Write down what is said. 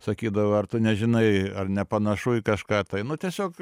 sakydavo ar tu nežinai ar nepanašu į kažką tai nu tiesiog